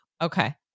Okay